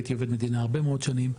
הייתי עובד מדינה הרבה מאוד שנים,